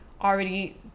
already